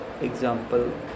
Example